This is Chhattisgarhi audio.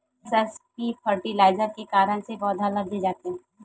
एस.एस.पी फर्टिलाइजर का कारण से पौधा ल दे जाथे?